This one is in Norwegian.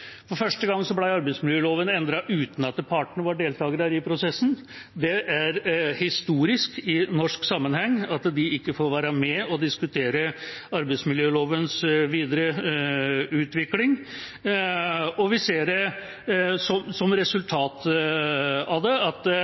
For første gang ble arbeidsmiljøloven endret uten at partene var deltakere i prosessen. Det er historisk i norsk sammenheng at de ikke får være med og diskutere arbeidsmiljølovens videre utvikling. Vi ser som resultat av det at